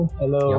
hello